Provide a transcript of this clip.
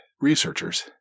researchers